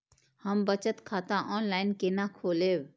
हम बचत खाता ऑनलाइन केना खोलैब?